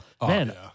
Man